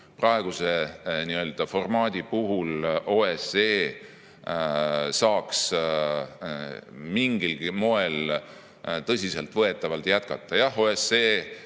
praeguse formaadi puhul OSCE saaks mingilgi moel tõsiseltvõetavalt jätkata.